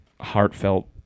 heartfelt